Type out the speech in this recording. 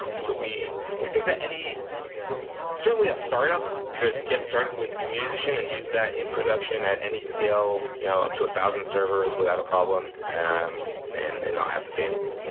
so we we think that any certainly, a startup could get started with community edition and use that in production at any scale you know up to a thousand servers without a problem um and and not have to pay anything.